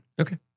Okay